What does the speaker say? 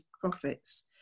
profits